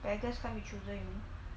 beggars can't be choosers you mean